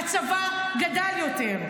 הצבא גדל יותר.